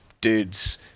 dudes